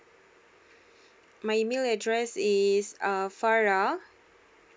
my email address is err farah